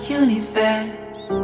universe